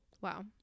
Wow